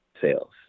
sales